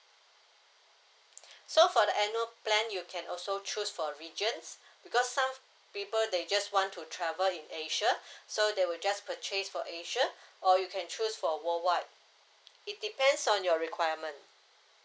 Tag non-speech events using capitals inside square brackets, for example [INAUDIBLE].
[BREATH] so for the annual plan you can also choose for regions [BREATH] because some people they just want to travel in asia [BREATH] so they will just purchase for asia [BREATH] or you can choose for worldwide it depends on your requirement